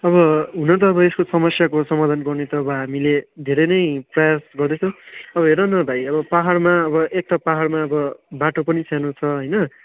अब हुन त यसको समस्याको समाधान गर्ने त अब हामीले धेरै नै प्रयास गर्दैछौँ अब हेर न भाइ अब पहाडमा एक त पहाडमा अब बाटो पनि सानो छ होइन